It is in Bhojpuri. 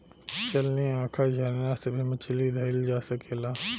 चलनी, आँखा, झरना से भी मछली धइल जा सकेला